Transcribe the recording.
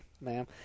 ma'am